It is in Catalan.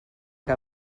que